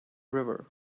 river